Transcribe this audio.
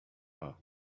her